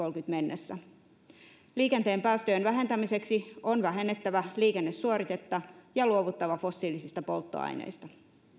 mennessä liikenteen päästöjen vähentämiseksi on vähennettävä liikennesuoritetta ja luovuttava fossiilisista polttoaineista